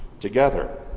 together